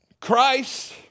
Christ